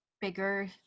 bigger